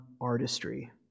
artistry